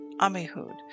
Amihud